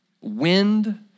wind